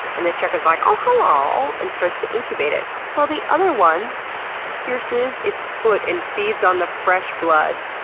and the chicken's like, oh hello, and starts to incubate it while the other one pierces its foot and feeds on the fresh blood.